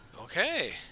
Okay